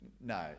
No